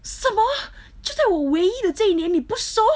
什么就在我唯一的这一年你不收